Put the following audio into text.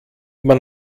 man